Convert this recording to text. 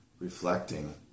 reflecting